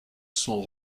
sont